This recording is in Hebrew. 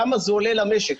כמה זה עולה למשק.